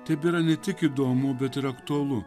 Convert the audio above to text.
tebėra ne tik įdomu bet ir aktualu